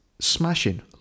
smashing